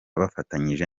bafatanyije